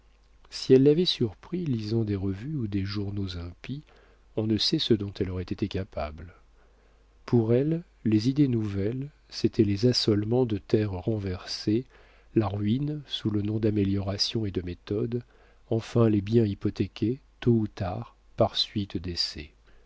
si elle l'avait surpris lisant des revues ou des journaux impies on ne sait ce dont elle aurait été capable pour elle les idées nouvelles c'était les assolements de terre renversés la ruine sous le nom d'améliorations et de méthodes enfin les biens hypothéqués tôt ou tard par suite d'essais